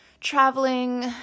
Traveling